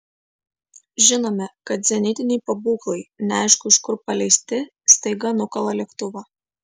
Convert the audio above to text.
žinome kad zenitiniai pabūklai neaišku iš kur paleisti staiga nukala lėktuvą